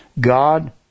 God